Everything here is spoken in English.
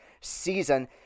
season